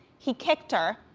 he kicked her,